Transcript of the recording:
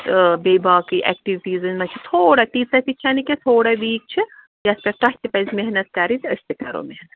تہٕ بیٚیہِ باقٕے ایٚکٹِوٹیٖزَن منٛز چھِ تھوڑا تیٖژاہ تہِ چھَ نہٕ کینٛہہ تھڑا ویٖک چھِ یتھ پٮ۪ٹھ توہہِ تہِ پَزِ محنت کَرٕنۍ أسۍ تہِ کَرو محنت حظ